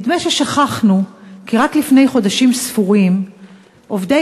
נדמה ששכחנו כי רק לפני חודשים ספורים עובדי